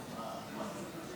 אם צריך, נצא להפסקה ונחזור.